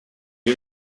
est